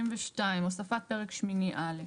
32. הוספת פרק שמיני א'.